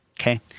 Okay